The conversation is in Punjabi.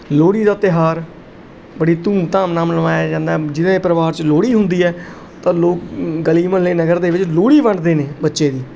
ਲੋਹੜੀ ਦਾ ਤਿਉਹਾਰ ਬੜੀ ਧੂਮ ਧਾਮ ਨਾਲ ਮਨਾਇਆ ਜਾਂਦਾ ਜਿਹਦੇ ਪਰਿਵਾਰ 'ਚ ਲੋਹੜੀ ਹੁੰਦੀ ਹੈ ਤਾਂ ਲੋਕ ਗਲੀ ਮੁਹੱਲੇ ਨਗਰ ਦੇ ਵਿੱਚ ਲੋਹੜੀ ਵੰਡਦੇ ਨੇ ਬੱਚੇ ਦੀ